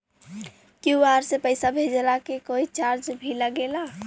QR से पैसा भेजला के कोई चार्ज भी लागेला?